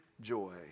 joy